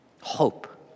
hope